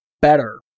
better